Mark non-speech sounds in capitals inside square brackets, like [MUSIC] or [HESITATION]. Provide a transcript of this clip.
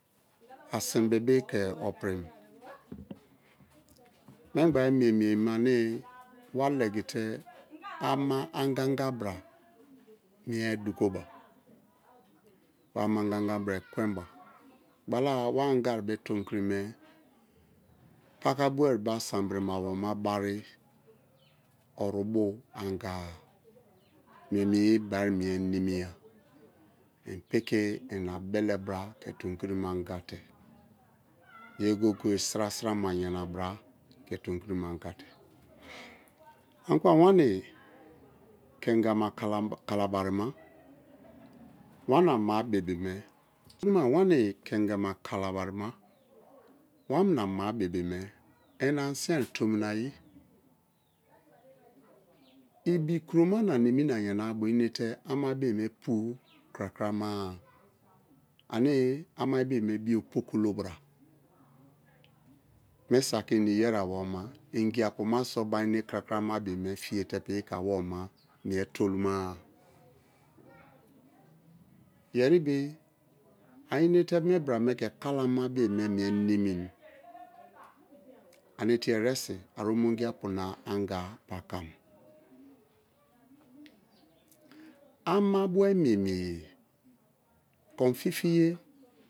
[NOISE] asin bi̱bị ke̱ ipirim, mingbai mie-mieye me ane [NOISE] wa legite ama angagabra mie dukoba wa amangaga bra ekwenda gba wa anga bo tomikirime, pakaboe bo asambirima awomema bari orubo anga-a. Mie-mieye bari mie miea, pi̱ki̱ inabelebraa ke tonkiri me anga te yegoye-o oye sira-sigama yana braa ke tomikirime anga te. Ani kuma wamini kengema kalabarima wamina ama-a bibi [HESITATION] kuma wamini ken gema kalabari wamini ama-a bibi me i anisin tomina ayi ibikroma na nimj na yanabo inete ama-a bii me fiye krakrama-a, ane ama-a bii pokolo bra. Misaki ini iyea bo awomema ingiapuma so inete krakra bra. Ke̱ ama-a bii me fiye te ke piki awomema mie tolu ma-a. Yeri be a enete mi bra me ke kala ama-a bi̱i̱ me, nimim ane tie eresin a omongipu na anga pakam amabo̱e mie-mieye kon fi̱fịye̱.